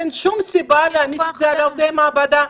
אין שום סיבה להעמיד את זה על עובדי המעבדה.